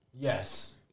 Yes